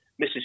Mrs